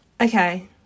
Okay